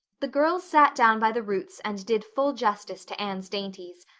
the girls sat down by the roots and did full justice to anne's dainties,